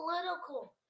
political